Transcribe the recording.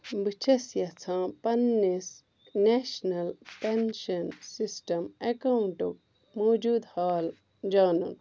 بہٕ چھیٚس یژھان پننِس نیشنل پیٚنشن سِسٹم ایٚکاونٛٹک موجودٕہ حال جانُن